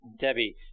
Debbie